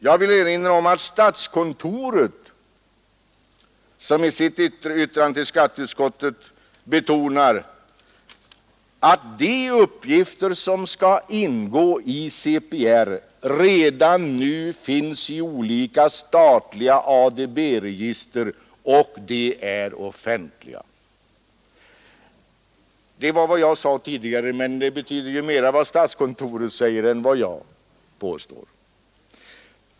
Jag vill erinra om att statskontoret i sitt yttrande till skatteutskottet betonar att de uppgifter som skall ingå i CPR ”finns redan nu i olika statliga ADB-register vilka är offentliga”. Det var vad jag sade tidigare, men det betyder ju mera vad statskontoret säger än vad jag påstår.